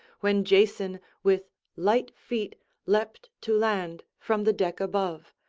when jason with light feet leapt to land from the deck above,